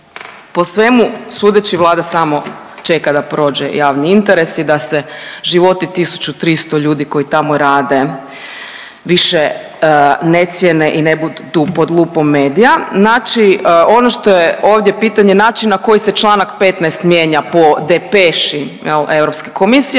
Po svemu sudeći Vlada samo čeka da prođe javni interes i da se životi 1.300 ljudi koji tamo rade više ne cijene i ne budu pod lupom medija. Znači ono što je ovdje pitanje način na koji se čl. 15. mijenja po depeši Europske komisije